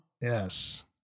Yes